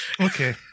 Okay